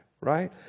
right